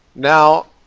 now,